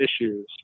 issues